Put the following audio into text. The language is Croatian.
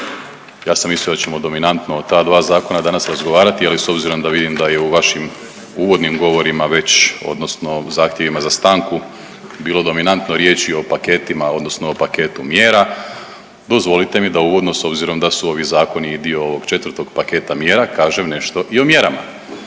Ja sam mislio da ćemo dominantno o ta dva zakona danas razgovarati, ali s obzirom da vidim da je u vašim uvodnim govorima već odnosno zahtjevima za stanku bilo dominantno riječi o paketima odnosno o paketu mjera dozvolite mi da uvodno s obzirom da su ovi zakoni i dio ovog 4. paketa mjera kažem nešto i o mjerama.